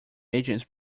agents